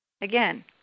Again